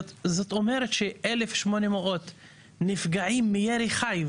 זאת אומרת ש-1,800 נפגעים מירי חי.